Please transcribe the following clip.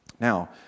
Now